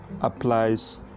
applies